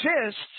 exists